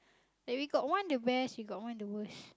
when we got one the best one the worst